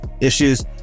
issues